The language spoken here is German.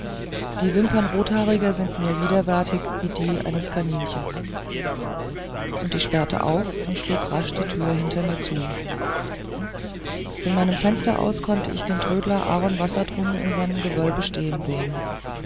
die wimpern rothaariger sind mir widerwärtig wie die eines kaninchens und ich sperrte auf und schlug rasch die türe hinter mir zu von meinem fenster aus konnte ich den trödler aaron wassertrum vor seinem gewölbe stehen sehen